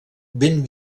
ben